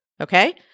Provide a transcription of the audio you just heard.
okay